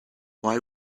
why